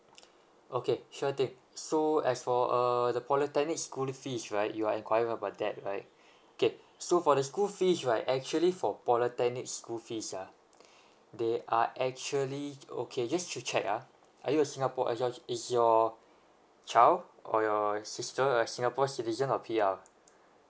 okay sure thing so as for uh the polytechnic school fees right you are inquiring about that right okay so for the school fees right actually for polytechnic school fees ah they are actually okay just to check ah are you a singapore ason~ is your child or your sister a singapore citizen or P_R